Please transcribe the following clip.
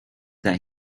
that